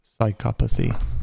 psychopathy